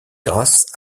grâce